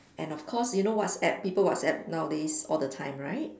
and of course you know WhatsApp people WhatsApp nowadays all the time right